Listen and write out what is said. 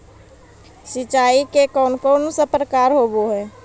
सिंचाई के कौन कौन से प्रकार होब्है?